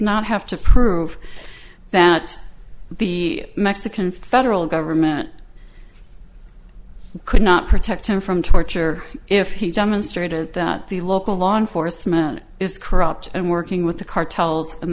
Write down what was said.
not have to prove of that the mexican federal government could not protect him from torture if he demonstrated that the local law enforcement is corrupt and working with the cartels and